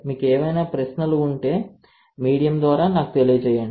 మీకు ఏవైనా ప్రశ్నలు ఉంటే మీడియం ద్వారా నాకు తెలియజేయండి